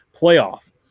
Playoff